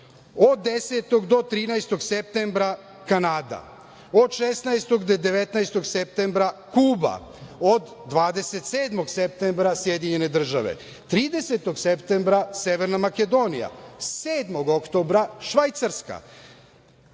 od 10. do 13. septembra – Kanada, od 16. do 19. septembra – Kuba, od 27. septembra – Sjedinjene Američke Države, 30. septembra – Severna Makedonija, 7. oktobra – Švajcarska,